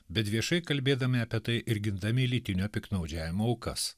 bet viešai kalbėdami apie tai ir gindami lytinio piktnaudžiavimo aukas